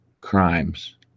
crimes